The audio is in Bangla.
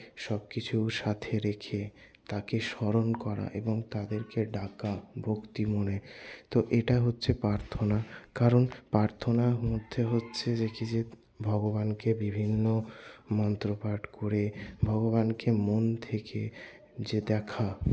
সবকিছু সাথে রেখে তাকে স্মরণ করা এবং তাদেরকে ডাকা ভক্তি মনে তো এটা হচ্ছে প্রার্থনা কারণ প্রার্থনার মধ্যে হচ্ছে দেখি যে ভগবানকে বিভিন্ন মন্ত্র পাঠ করে ভগবানকে মন থেকে যে দেখা